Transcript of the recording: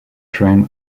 train